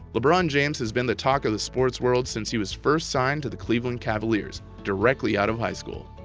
lebron james has been the talk of the sports world since he was first signed to the cleveland cavaliers directly out of high school.